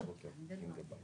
מדברת